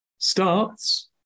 starts